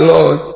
Lord